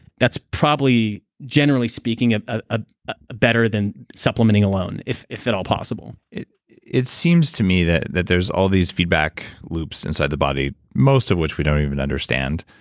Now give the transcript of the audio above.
that's probably, generally speaking, ah better than supplementing alone, if if at all possible it it seems to me that that there's all these feedback loops inside the body, most of which we don't even understand.